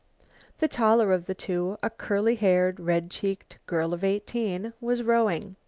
the taller of the two, a curly-haired, red-cheeked girl of eighteen, was rowing.